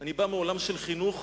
אני בא מעולם של חינוך,